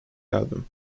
album